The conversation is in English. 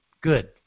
Good